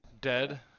dead